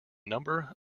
number